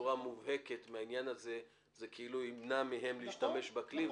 בצורה מובהקת מהעניין הזה זה כאילו ימנע מהם להשתמש בכלי,